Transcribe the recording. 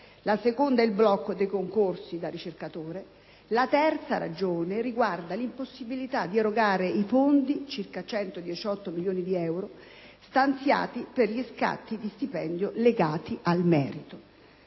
la seconda è il blocco dei concorsi da ricercatore; la terza riguarda l'impossibilità di erogare i fondi (circa 118 milioni di euro) stanziati per gli scatti di stipendio legati al merito.